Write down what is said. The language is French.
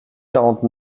quarante